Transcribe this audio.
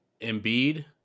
Embiid